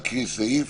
סעיף,